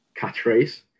catchphrase